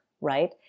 right